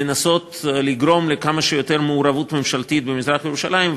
לנסות לגרום לכמה שיותר מעורבות ממשלתית במזרח-ירושלים,